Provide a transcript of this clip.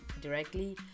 directly